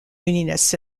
unionists